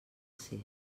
ser